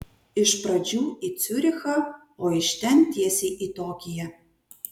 iš pradžių į ciurichą o iš ten tiesiai į tokiją